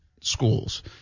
schools